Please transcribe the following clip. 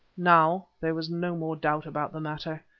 now there was no more doubt about the matter.